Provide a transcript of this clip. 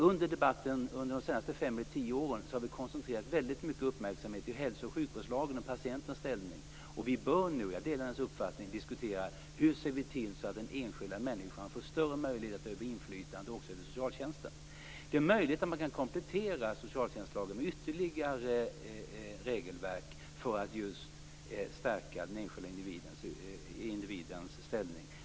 Under debatten de senaste 5-10 åren har koncentrationen legat på hälso och sjukvårdslagen och patienternas ställning. Vi bör - jag delar hennes uppfattning - diskutera hur vi ser till att den enskilda människan får större möjligheter och inflytande över socialtjänstens insatser. Det är möjligt att det går att komplettera socialtjänstlagen med ytterligare regelverk för att stärka den enskilde individens ställning.